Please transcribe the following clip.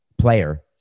player